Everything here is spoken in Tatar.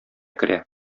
керә